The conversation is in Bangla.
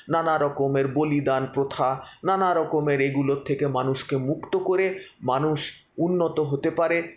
নানারকমের বলিদান প্রথা নানারকমের এগুলোর থেকে মানুষকে মুক্ত করে মানুষ উন্নত হতে পারে